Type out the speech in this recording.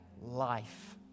life